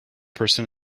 person